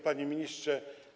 Panie Ministrze!